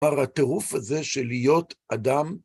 כלומר, הטירוף הזה של להיות אדם